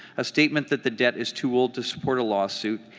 a statement that the debt is too old to support a lawsuit,